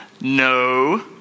No